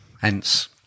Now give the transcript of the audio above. Hence